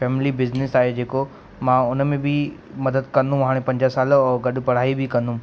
family business आहे जेको मां उन में बि मदद कंदो हाणे पंज साल और गॾु पढ़ाई बि कंदुमि